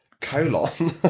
colon